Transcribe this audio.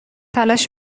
تلاش